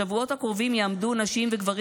בשבועות הקרובים יעמדו נשים וגברים